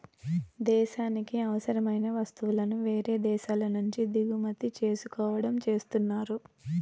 దేశానికి అవసరమైన వస్తువులను వేరే దేశాల నుంచి దిగుమతి చేసుకోవడం చేస్తున్నారు